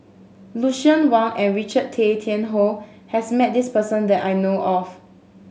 Lucien Wang and Richard Tay Tian Hoe has met this person that I know of